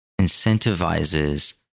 incentivizes